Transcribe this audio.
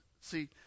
See